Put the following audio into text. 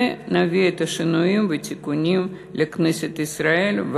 ונביא את השינויים והתיקונים לכנסת ישראל,